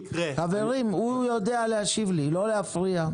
חברים, הוא יודע להשיב לי, לא להפריע.